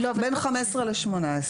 בין 15 ל-18.